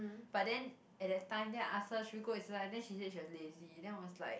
but then at that time then I ask her should we go exercise then she said she was lazy then I was like